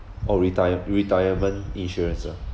oh retirem~ retirement insurance ah